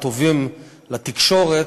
"הטובים לתקשורת",